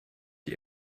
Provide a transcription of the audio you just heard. die